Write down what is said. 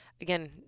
again